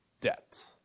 debt